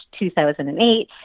2008